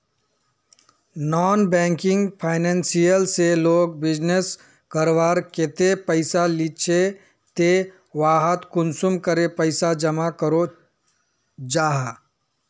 Non banking financial से लोग business करवार केते पैसा लिझे ते वहात कुंसम करे पैसा जमा करो जाहा?